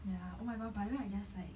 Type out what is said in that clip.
ya oh my god by the way I just like